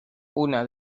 una